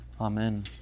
Amen